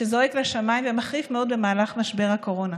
שזועק לשמיים ומחריף מאוד במהלך משבר הקורונה.